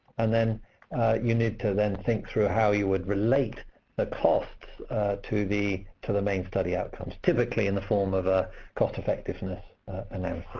and then you need to then think through how you would relate the costs to the to the main study outcomes, typically in the form of a cost-effectiveness and analysis.